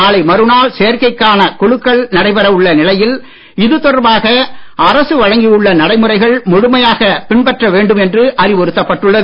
நாளை மறுநாள் சேர்க்கைக்கான குலுக்கள் நடைபெற உள்ள நிலையில் இதுதொடர்பாக அரசு வழங்கி உள்ள நடைமுறைகள் முழுமையாக பின்பற்ற வேண்டும் என்று அறிவுறுத்தப்பட்டுள்ளது